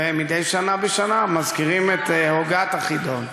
ומדי שנה בשנה מזכירים את הוגת החידון.